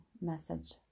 message